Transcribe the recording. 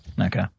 Okay